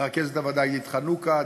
לרכזת הוועדה עידית חנוכה,